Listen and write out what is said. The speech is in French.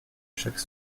chaque